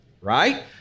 right